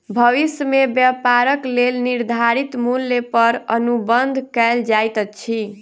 भविष्य में व्यापारक लेल निर्धारित मूल्य पर अनुबंध कएल जाइत अछि